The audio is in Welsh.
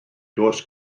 does